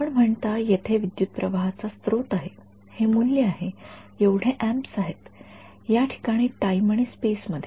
आपण म्हणता येथे विद्युतप्रवाहाचा स्रोत आहे हे मूल्य आहे एवढे अँप्स आहेत या ठिकाणी टाईम आणि स्पेस मध्ये